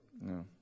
No